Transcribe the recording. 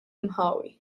inħawi